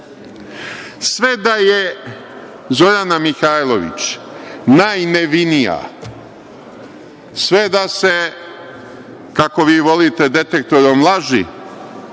Sve da je Zorana Mihajlović najnevinija, sve da se, kako vi volite detektorom laži